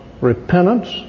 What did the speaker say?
repentance